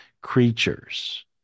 creatures